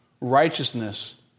righteousness